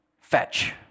fetch